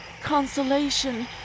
consolation